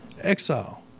Exile